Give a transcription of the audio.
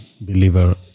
believer